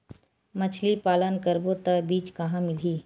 मछरी पालन करबो त बीज कहां मिलही?